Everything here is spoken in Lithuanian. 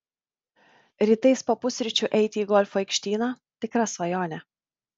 rytais po pusryčių eiti į golfo aikštyną tikra svajonė